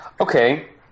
Okay